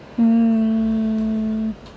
um